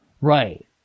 Right